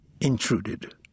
intruded